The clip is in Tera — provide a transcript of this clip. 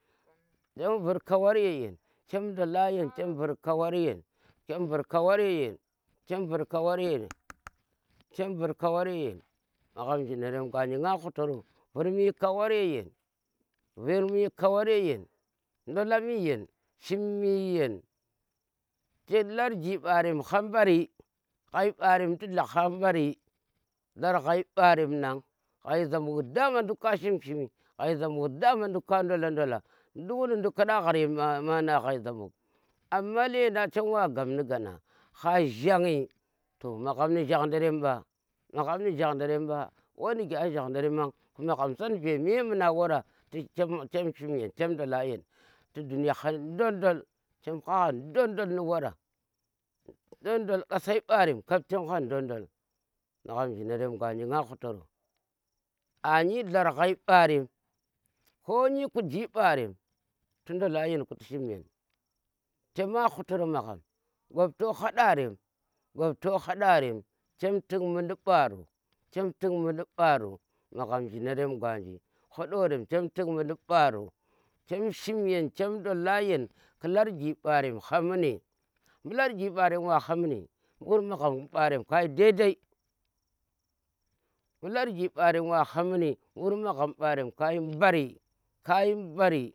Chem vur kawar ye yen, chem ndola yen, chem vur kawar ya yen, chem kawar ye yen, chem vur kawar ye yen, chem vur kawar ye yen maghom jineren gwanji nga hutaro vur mi kawar ya yen, vur mi kawar ye yen ndola me yen, shiim mii yen ti larji ɓarem har mbari, ghai ɓarem ti dli har mbari, ghai mbarem nang ghai zambuk da ma nduka shim shim mii, ghai zambuk dama ndu ka ndola ndola, ndukin nduk ku a da yan ma na ghai zambuk. amma lendang chem wa gab ni gona ha gjangdi toh magham ni gjangderem ɓa. magham ni gjangdarem ba war nige a gjandorema tu magham san ve memuna wara chem cham shim cheme ndola yen ti dunye ha ndon ndol, chem hagha dondol nu wara dondol kasambarem chem hagha dondol magham jhinarem gwanji nga hutoro anyi dlar ghai mbarem ko nyi kuji mbarem tu ndola yen ku ti shim yen chema hutoro magham gap to hadarem, gap to hadarem chem tik mundi mbaro, chem tik mundi mbaro magham jhinarem gwanji hudorem chem tuk mundi mbaro chem shim yen chem ndola yen ku larji mbarem tu ha munni, mbu larji mbarem wa ha munni mburi magham mbarem kayi dai dai mbu larji mbarem wa ha munni mburi magham di mbarem kayi mbari kayi mbari.